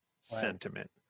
sentiment